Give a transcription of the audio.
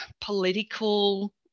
political